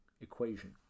equation